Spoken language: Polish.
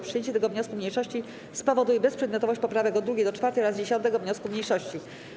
Przyjęcie tego wniosku mniejszości spowoduje bezprzedmiotowość poprawek od 2. do 4. oraz 10. wniosku mniejszości.